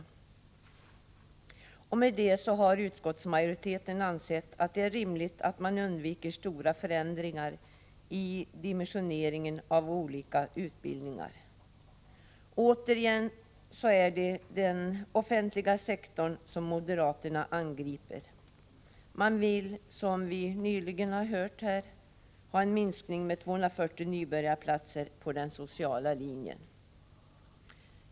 Med hänvisning till det har utskottsmajoriteten ansett att det är rimligt att man undviker stora förändringar i dimensioneringen av olika utbildningar. Återigen är det den offentliga sektorn som moderaterna angriper. Man vill, som vi nyligen hört, ha en minskning med 240 nybörjarplatser på den sociala linjen.